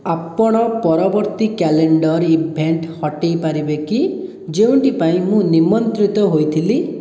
ଆପଣ ପରବର୍ତ୍ତୀ calendar event ହଟେଇ ପାରିବେ କି ଯେଉଁଟି ପାଇଁ ମୁଁ ନିମନ୍ତ୍ରିତ ହୋଇଥିଲି